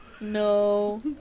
No